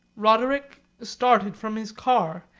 roderic started from his car,